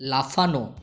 লাফানো